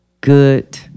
good